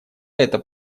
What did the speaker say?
это